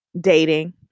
dating